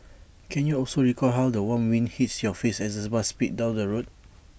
can you also recall how the warm wind hits your face as the bus speeds down the road